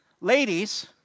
Ladies